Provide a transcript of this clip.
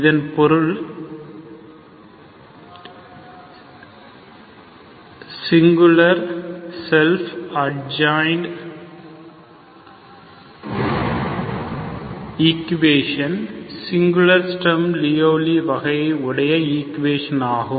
இதன் பொருள் singular self adjoint equation singular Sturm Liouville வகையை உடைய ஈக்குவேஷன் ஆகும்